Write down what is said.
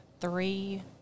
three